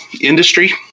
industry